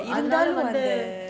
அதுனால வந்து:athunaala vanthu